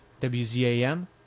WZAM